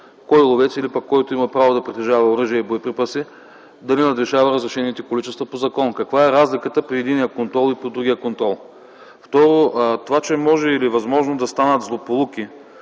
кой е ловец или който има право да притежава оръжие и боеприпаси, дали надвишава разрешените количества по закон. Каква е разликата при единия контрол и при другия контрол? Второ, това, че може или е възможно да станат злополуки